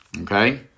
okay